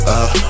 up